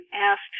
asked